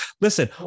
Listen